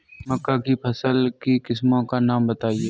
मक्का की फसल की किस्मों का नाम बताइये